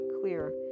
clear